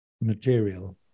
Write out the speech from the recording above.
material